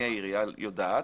אני העירייה יודעת,